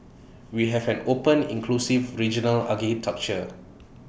we have an open inclusive regional architecture